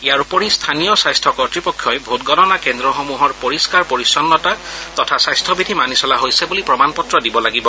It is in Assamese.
ইয়াৰ উপৰি স্থানীয় স্বাস্থ্য কৰ্ত্পক্ষই ভোটগণনা কেন্দ্ৰসমূহৰ পৰিস্থাৰ পৰিচ্ছন্নতা তথা স্বাস্থ্য বিধি মানি চলা হৈছে বুলি প্ৰমাণপত্ৰ দিব লাগিব